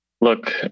look